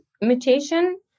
mutation